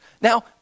Now